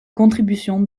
contribution